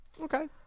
Okay